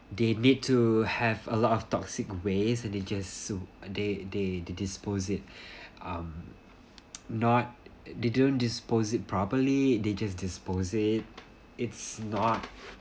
they need to have a lot of toxic wastes that they just so they they they dispose it um not they didn't dispose it properly they just dispose it it's not